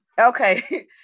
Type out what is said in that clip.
okay